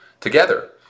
together